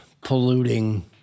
polluting